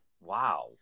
Wow